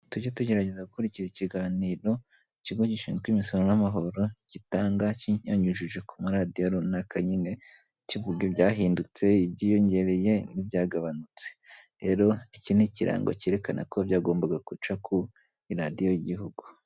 Tujye tugerageza gukurikikira ikiganiro, ikigo gishinzwe imisoro n'amahoro gitanga kiyanyujije ku maradiyo runaka nyine, kivuga ibyahindutse, byiyongereye, n'ibyagabanutse. Rero iki ni ikirango cyerekana ko byagombaga guca kuri radiyo y'igihugu